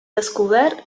descobert